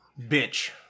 Bitch